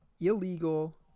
Illegal